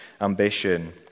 ambition